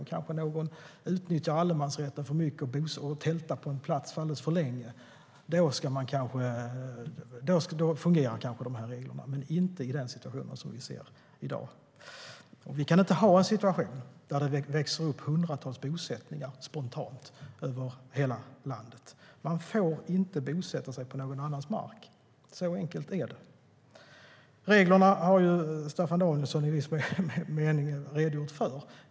Om någon utnyttjar allemansrätten för mycket och tältar på en plats alldeles för länge kanske reglerna fungerar, men inte i den situation som vi ser i dag. Vi kan inte ha en situation där det växer upp hundratals bosättningar spontant över hela landet. Man får inte bosätta sig på någon annans mark - så enkelt är det. Reglerna har Staffan Danielsson i viss mening redogjort för.